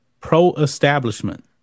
pro-establishment